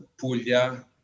Puglia